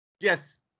yes